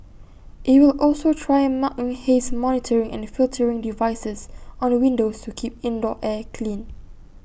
IT will also try mounting haze monitoring and filtering devices on the windows to keep indoor air clean